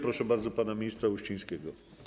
Proszę bardzo pana ministra Uścińskiego.